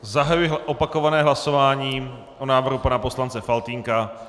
Zahajuji opakované hlasování o návrhu pana poslance Faltýnka.